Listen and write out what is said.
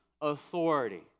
authority